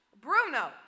Bruno